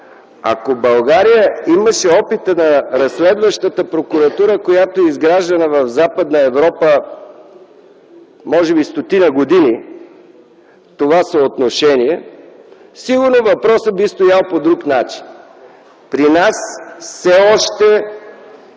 Ако България имаше опита на разследващата прокуратура, която е изграждана в Западна Европа може би стотина години в това съотношение, сигурно въпросът би стоял по друг начин. При нас на